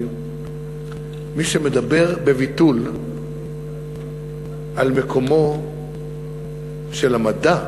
מי שמדבר בביטול על מקומו של המדע,